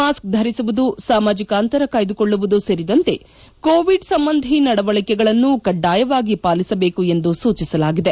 mask ಧರಿಸುವುದು ಸಾಮಾಜಿಕ ಅಂತರ ಕಾಯ್ದುಕೊಳ್ಳುವುದು ಸೇರಿದಂತೆ ಕೋವಿಡ್ ಸಂಬಂಧಿ ನಡವಳಿಕೆಗಳನ್ನು ಕಡ್ಡಾಯವಾಗಿ ಪಾಲಿಸಬೇಕು ಎಂದು ಸೂಚಿಸಲಾಗಿದೆ